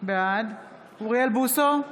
בעד אוריאל בוסו,